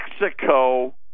Mexico